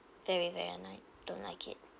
very very like don't like it